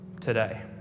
today